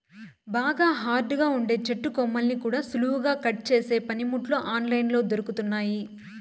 బాగా హార్డ్ గా ఉండే చెట్టు కొమ్మల్ని కూడా సులువుగా కట్ చేసే పనిముట్లు ఆన్ లైన్ లో దొరుకుతున్నయ్యి